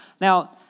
Now